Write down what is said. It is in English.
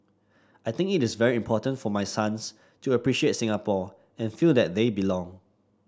I think it is very important for my sons to appreciate Singapore and feel that they belong